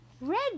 Red